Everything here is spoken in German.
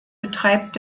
betreibt